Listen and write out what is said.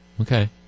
Okay